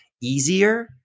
Easier